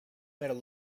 better